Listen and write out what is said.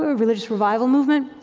ah religious revival movement.